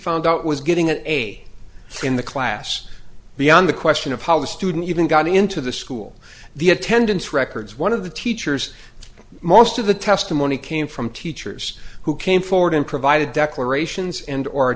found out was getting an a in the class beyond the question of how the student even got into the school the attendance records one of the teachers most of the testimony came from teachers who came forward and provided declarations and or